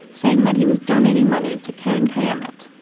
saying that he was donating money to keren kayemet,